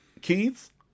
keith